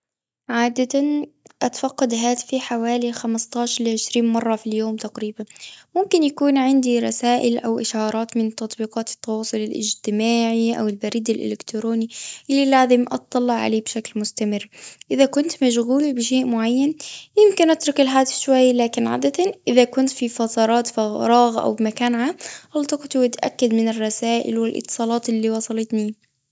عادة أتفقد هاتفي حوالي، خمستاش لعشرين مرة في اليوم تقريبا. ممكن يكون عندي رسائل، أو إشعارات، من تطبيقات التواصل الإجتماعي، أو البريد الإلكتروني، اللي لازم أطلع عليه بشكل مستمر. إذا كنت مشغول بشيء معين، يمكن أترك الهاتف شوي. لكن عادة، إذا كنت في فترات فراغ، أو بمكان عام، التقطوا واتأكد من الرسائل والإتصالات، اللي وصلتني.